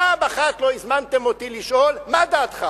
פעם אחת לא הזמנתם אותי לשאול מה דעתי.